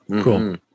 cool